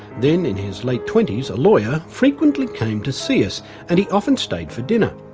then in his late twenties, a lawyer, frequently came to see us and he often stayed for dinner.